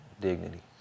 dignity